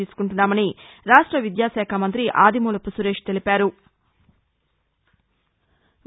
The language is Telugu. తీసుకుంటున్నామని రాష్ట విద్యా శాఖా మంత్రి అదిమూలపు సురేష్ తెలిపారు